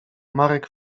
marek